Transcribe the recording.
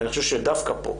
אני חושב שדווקא פה,